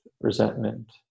resentment